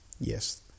Yes